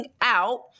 out